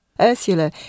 Ursula